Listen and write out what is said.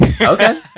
Okay